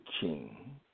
king